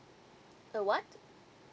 a what